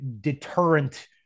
deterrent